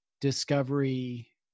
discovery